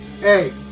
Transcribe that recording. hey